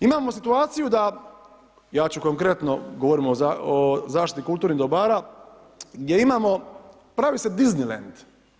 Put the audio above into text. Imamo situaciju da, ja ću konkretno, govorimo o zaštiti kulturnih dobara, gdje imamo, pravi se Disneyland.